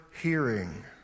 hearing